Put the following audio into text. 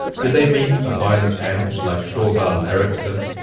did they meet a violent end like thorvald ericksson,